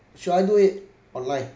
should I do it online